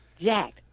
Jack